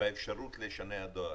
באפשרות לשנע דואר,